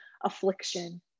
affliction